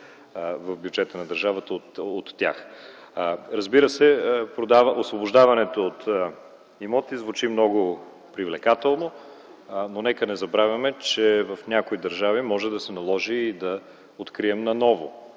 в държавния бюджет от тях. Разбира се, освобождаването от имоти звучи много привлекателно, но нека не забравяме, че в някои държави може да се наложи да открием наново